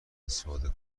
استفاده